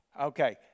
Okay